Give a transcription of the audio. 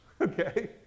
okay